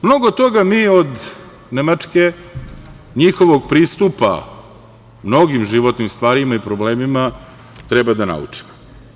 Mnogo toga mi od Nemačke, njihovog pristupa mnogim životnim stvarima i problemima treba da naučimo.